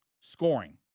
scoring